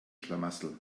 schlamassel